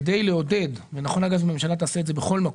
ונכון שהממשלה תעשה את זה בכל מקום,